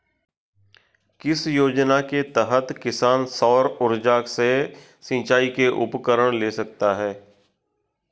किस योजना के तहत किसान सौर ऊर्जा से सिंचाई के उपकरण ले सकता है?